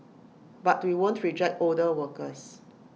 but we won't reject older workers